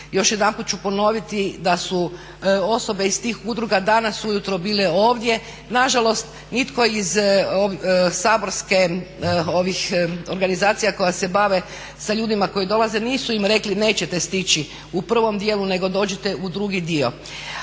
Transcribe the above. Još jedanput ću ponoviti da su osobe iz tih udruga danas ujutro bile ovdje. Na žalost nitko iz saborske, ovih organizacija koje se bave sa ljudima koji dolaze nisu im rekli nećete stići u prvom dijelu, nego dođite u drugi dio.